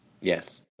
yes